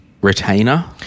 retainer